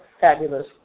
fabulous